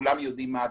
כולם יודעים מה זה.